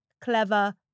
clever